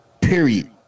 Period